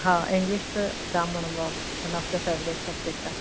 हा इंग्लिश त जाम वणन्दो आहे one of the favourite subject आहे